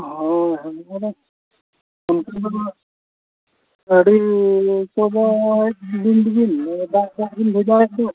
ᱚᱻ ᱚᱱᱠᱟ ᱫᱚ ᱚᱱᱠᱟ ᱫᱚ ᱟᱹᱰᱤ ᱠᱚᱫᱚ ᱟᱹᱞᱤᱧ ᱜᱮᱞᱤᱧ ᱞᱟᱹᱭᱫᱟ ᱫᱟᱲᱮᱭᱟᱜᱼ ᱫᱚ